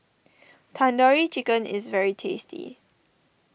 Tandoori Chicken is very tasty